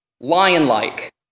Lion-like